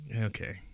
Okay